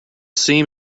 seam